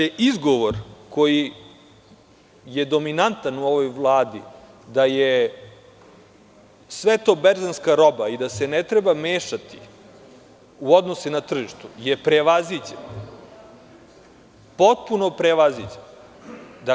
Izgovor koji je dominantan u ovoj Vladi, da je sve to berzanska roba i da se ne treba mešati u odnose na tržištu, je prevaziđeno, potpuno prevaziđen.